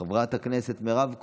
חברת הכנסת מירב כהן,